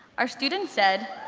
our student said,